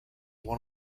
one